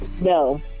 No